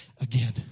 again